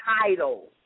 title